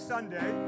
Sunday